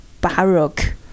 Baroque